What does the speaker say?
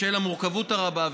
בשל המורכבות הרבה,